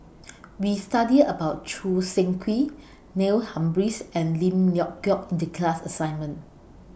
We studied about Choo Seng Quee Neil Humphreys and Lim Leong Geok in The class assignment